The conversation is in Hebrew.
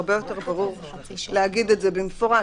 הרבה יותר ברור להגיד את זה במפורש,